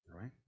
right